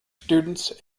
students